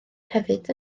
hefyd